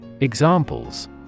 Examples